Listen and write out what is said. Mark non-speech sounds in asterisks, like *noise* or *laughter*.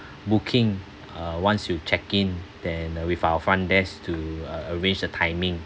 *breath* booking uh once you check-in then uh with our front desk to a~ arrange the timing